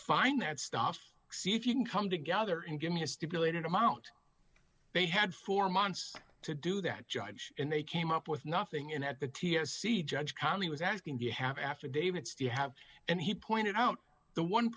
fine that stuff see if you can come together and give me a stipulated amount they had four months to do that judge and they came up with nothing and at the ts c judge tom he was asking do you have affidavits do you have and he pointed out the one